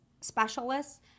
specialists